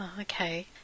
Okay